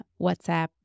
WhatsApp